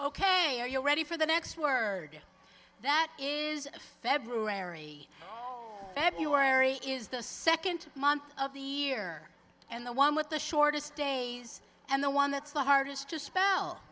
ok are you ready for the next word that is february february is the second month of the year and the one with the shortest days and the one that's the hardest to spell